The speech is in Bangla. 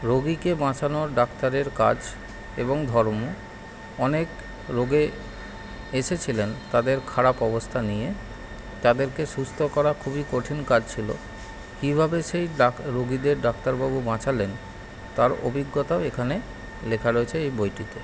রোগীকে বাঁচানো ডাক্তারের কাজ এবং ধর্ম অনেক রোগী এসেছিলেন তাদের খারাপ অবস্থা নিয়ে তাদেরকে সুস্থ করা খুবই কঠিন কাজ ছিল কীভাবে সেই ডাক রোগীদের ডাক্তারবাবু বাঁচালেন তার অভিজ্ঞতাও এখানে লেখা রয়েছে এই বইটিতে